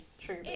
True